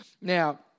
Now